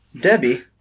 Debbie